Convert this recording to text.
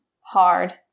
hard